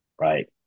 right